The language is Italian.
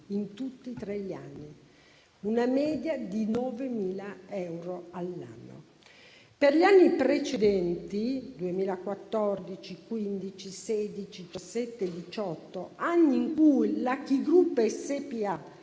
in tutti e tre gli anni, con una media di 9.000 euro all'anno. Per gli anni precedenti 2014, 2015, 2016, 2017 e 2018, anni in cui la Ki Group Spa